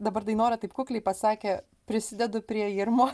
dabar dainora taip kukliai pasakė prisidedu prie irmos